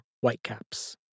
whitecaps